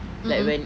mmhmm